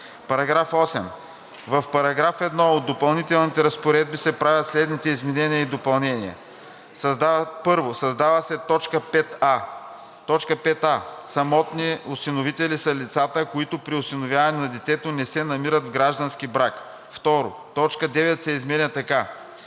§ 8: „§ 8. В § 1 от допълнителните разпоредби се правят следните изменения и допълнения: „1. Създава се т. 5а: „5а. „Самотни осиновители“ са лица, които при осиновяване на детето не се намират в граждански брак.“ 2. Точка 9 се изменя така: